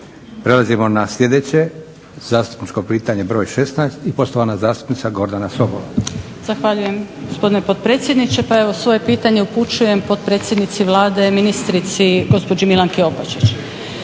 Prelazimo na sljedeće zastupničko pitanje broj 16 i poštovana zastupnica Gordana Sobol. **Sobol, Gordana (SDP)** Zahvaljujem gospodine potpredsjedniče. Pa evo svoje pitanje upućujem potpredsjednici Vlade, ministrice, gospođi Milanki Opačić.